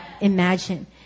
imagine